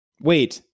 Wait